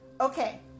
Okay